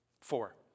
Four